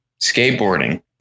Skateboarding